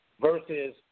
versus